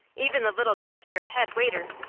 even the little bewhiskered head-waiter,